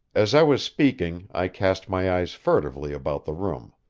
as i was speaking i cast my eyes furtively about the room.